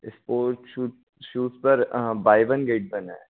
sport shoes shoes पर buy one get one है